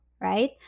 right